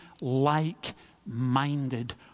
like-minded